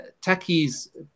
Taki's